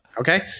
okay